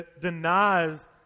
denies